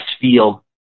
feel